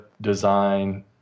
design